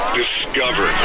discover